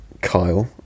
Kyle